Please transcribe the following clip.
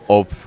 op